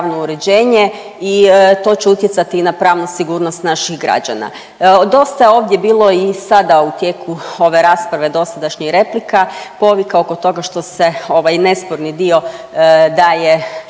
i to će utjecati i na pravnu sigurnost naših građana. Dosta je ovdje bilo i sada u tijeku ove rasprave dosadašnjih replika povika oko toga što se ovaj nesporni dio daje javnim